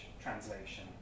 translation